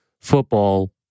football